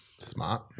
Smart